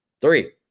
Three